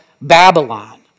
Babylon